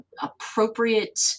appropriate